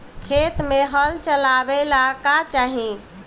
खेत मे हल चलावेला का चाही?